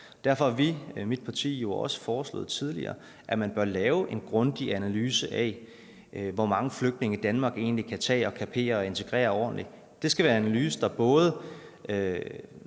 Derfor har vi i mit parti jo også foreslået tidligere, at man bør lave en grundig analyse af, hvor mange flygtninge Danmark egentlig kan tage og kapere og integrere ordentligt. Det skal være en analyse, der både